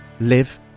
live